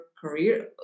career